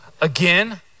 again